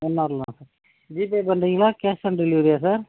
one கார்யில் GPay பண்ணுறிங்களா cash on டெலிவரியா சார்